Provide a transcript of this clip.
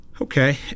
Okay